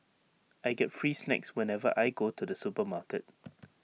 I get free snacks whenever I go to the supermarket